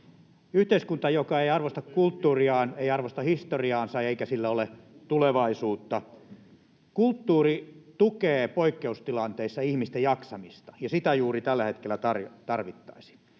Yhteiskunta, joka ei arvosta kulttuuriaan, ei arvosta historiaansa, eikä sillä ole tulevaisuutta. [Välihuuto perussuomalaisten ryhmästä] Kulttuuri tukee poikkeustilanteissa ihmisten jaksamista, ja sitä juuri tällä hetkellä tarvittaisiin.